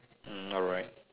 hmm alright